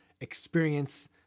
experience